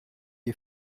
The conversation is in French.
est